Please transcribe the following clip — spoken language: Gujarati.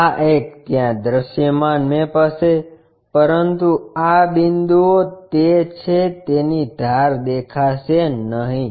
આ એક ત્યાં દૃશ્યમાન મેપ હશે પરંતુ આ બિંદુઓ તે છે તેની ધાર દેખાશે નહીં